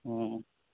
ꯑꯣ